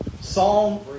Psalm